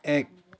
এক